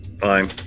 Fine